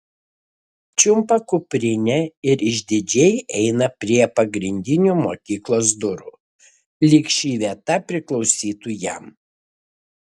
čiumpa kuprinę ir išdidžiai eina prie pagrindinių mokyklos durų lyg ši vieta priklausytų jam